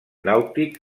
nàutic